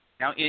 Now